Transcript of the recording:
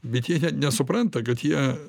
bet jie net nesupranta kad jie